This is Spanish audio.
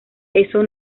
eso